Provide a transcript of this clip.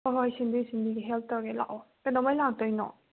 ꯍꯣꯏ ꯍꯣꯏ ꯁꯤꯟꯕꯤꯒꯦ ꯁꯤꯟꯕꯤꯒꯦ ꯍꯦꯜꯞ ꯇꯧꯒꯦ ꯂꯥꯛꯑꯣ ꯀꯩꯗꯧꯉꯩ ꯂꯥꯛꯇꯣꯏꯅꯣ